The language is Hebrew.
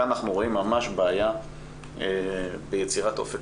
כאן אנחנו רואים ממש בעיה ביצירת אופק